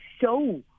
show